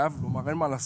אין מה לעשות,